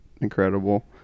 incredible